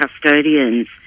custodians